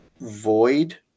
void